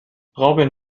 robin